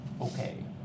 Okay